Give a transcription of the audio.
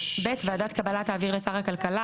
6ח. (ב) ועדת קבלה תעביר לשר הכלכלה,